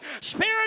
spirit